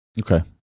Okay